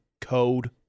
code